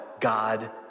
God